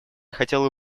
хотело